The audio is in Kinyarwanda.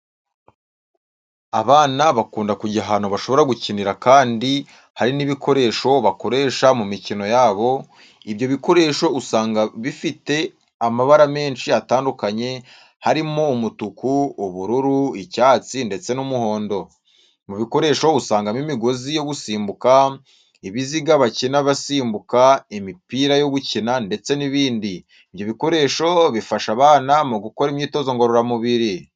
Abana bakunda kujya ahantu bashobora gukinira kandi hari n'ibikoresho bakoresha mu mikino yabo, ibyo bikoresho usanga bifite amabara menshi atandukanye, harimo umutuku, ubururu, icyatsi, ndetse n'umuhondo. Mu bikoresho usangamo imigozi yo gusimbuka, ibiziga bakina basimbuka, imipira yo gukina, ndetse n'ibindi. Ibyo bikoresho bifasha abana mu gukora imyitozo ngororamubiri.